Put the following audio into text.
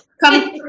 come